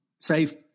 save